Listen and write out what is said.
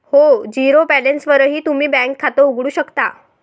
हो, झिरो बॅलन्सवरही तुम्ही बँकेत खातं उघडू शकता